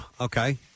okay